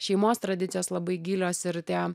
šeimos tradicijos labai gilios ir tie